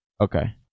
Okay